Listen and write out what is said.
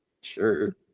sure